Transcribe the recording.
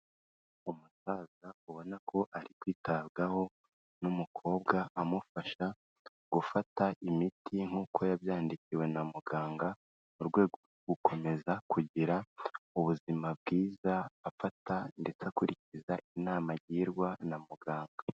Umusaza ubona ko ari kwitabwaho n'umukobwa, amufasha gufata imiti nk'uko yabyandikiwe na muganga, mu rwego rwo gukomeza kugira ubuzima bwiza, afata ndetse akurikiza inama agirwa na muganga.